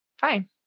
fine